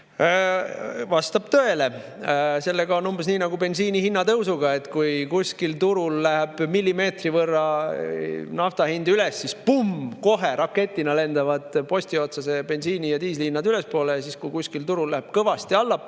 Vastab tõele! Sellega on umbes nii nagu bensiini hinna tõusuga. Kui kuskil turul läheb millimeetri võrra nafta hind üles, siis – pumm! – raketina lendavad posti otsas kohe ka bensiini ja diisli hinnad ülespoole. Kui kuskil turul läheb nafta